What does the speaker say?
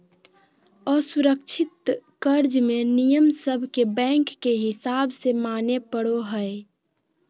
असुरक्षित कर्ज मे नियम सब के बैंक के हिसाब से माने पड़ो हय